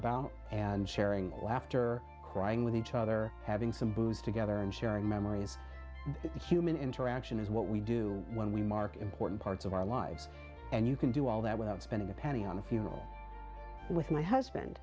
about and sharing laughter crying with each other having some booze together and sharing memories that human interaction is what we do when we mark important parts of our lives and you can do all that when i was spending a penny on a funeral with my husband